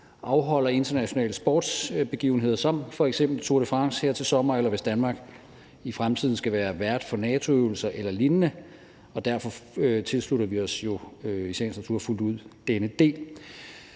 afholder internationale sportsbegivenheder som f.eks. Tour de France her til sommer, eller hvis Danmark i fremtiden skal være vært for NATO-øvelser eller lignende. Og derfor tilslutter vi os jo i sagens natur fuldt ud denne del.